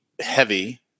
heavy